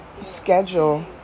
schedule